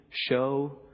Show